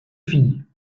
filles